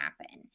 happen